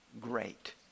great